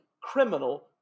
criminal